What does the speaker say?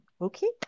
Okay